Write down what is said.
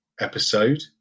episode